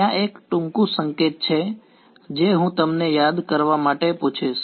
ત્યાં એક ટૂંકું સંકેત છે જે હું તમને યાદ કરવા માટે પુછીશ